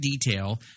detail